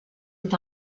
est